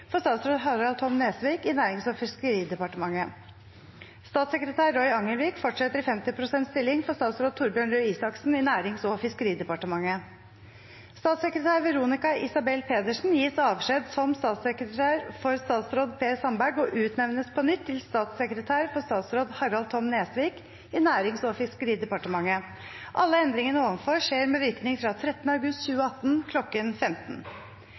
for statsråd Harald Tom Nesvik i Nærings- og fiskeridepartementet. Statssekretær Roy Angelvik fortsetter i 50 pst. stilling for statsråd Torbjørn Røe Isaksen i Nærings- og fiskeridepartementet Statssekretær Veronica Isabel Pedersen gis avskjed som statssekretær for statsråd Per Sandberg og utnevnes på nytt til statssekretær for statsråd Harald Tom Nesvik i Nærings- og fiskeridepartementet. Alle endringene ovenfor skjer med virkning fra 13. august 2018